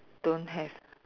don't have